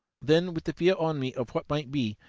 then, with the fear on me of what might be,